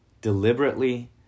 deliberately